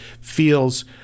feels